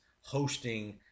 hosting